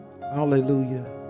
Hallelujah